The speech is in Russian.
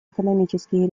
экономические